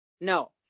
No